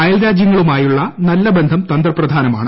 അയൽരാജ്യങ്ങളുമായുള്ള നല്ല ബന്ധം തന്തപ്രധാനമാണ്